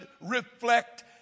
reflect